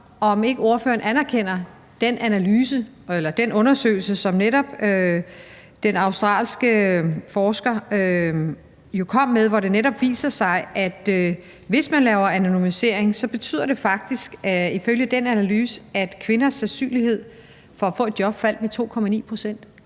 at høre ordføreren, om ordføreren anerkender den undersøgelse, som den australske forsker kom med, hvor det jo netop viser sig, at hvis man laver anonymisering, betyder det faktisk, at kvinders sandsynlighed for at få et job faldt med 2,9 pct.